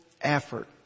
effort